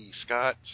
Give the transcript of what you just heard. Scott